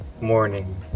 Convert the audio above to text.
morning